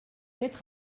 être